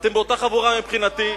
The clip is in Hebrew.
אתם באותה חבורה מבחינתי.